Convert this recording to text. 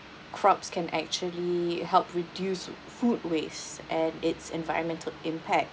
crops can actually help reduce food waste and its environmental impact